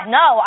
no